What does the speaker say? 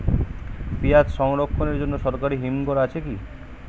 পিয়াজ সংরক্ষণের জন্য সরকারি হিমঘর আছে কি?